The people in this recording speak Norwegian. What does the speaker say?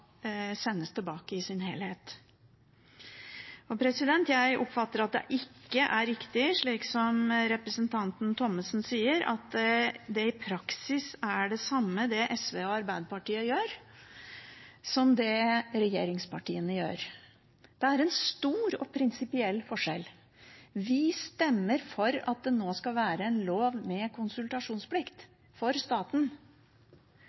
sendes tilbake i sin helhet. Jeg oppfatter at det ikke er riktig, slik representanten Thommessen sier, at det i praksis er det samme SV og Arbeiderpartiet gjør, som det regjeringspartiene gjør. Det er en stor og prinsipiell forskjell. Vi stemmer for at det nå skal være en lov med